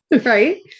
right